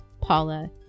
Paula